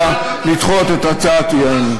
לכן אני מציע לדחות את הצעת האי-אמון.